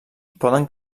poden